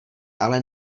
ale